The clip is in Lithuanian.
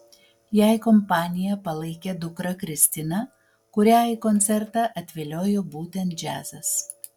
jai kompaniją palaikė dukra kristina kurią į koncertą atviliojo būtent džiazas